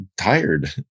tired